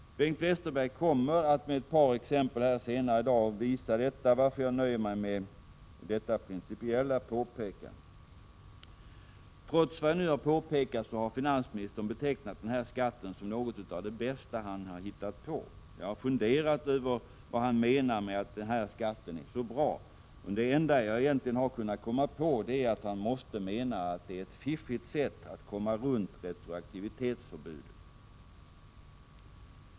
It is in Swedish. Bengt Westerberg kommer att med ett par exempel här senare i dag visa den saken, varför jag nöjer mig med detta principiella påpekande. Trots vad jag nu påpekat har finansministern betecknat den här skatten som något av det bästa han hittat på. Jag har funderat över vad han kan mena med att skatten är så bra. Det enda jag kan komma på är att han måste mena att det är ett fiffigt sätt att komma runt retroaktivitetsförbudet.